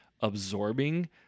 absorbing